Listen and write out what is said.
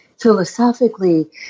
philosophically